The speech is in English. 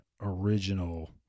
original